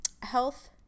health